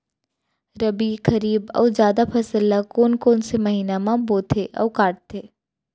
रबि, खरीफ अऊ जादा फसल ल कोन कोन से महीना म बोथे अऊ काटते?